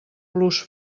plus